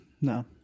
No